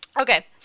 Okay